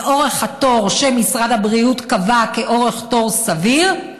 אורך התור שמשרד הבריאות קבע כאורך תור סביר,